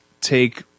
take